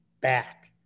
back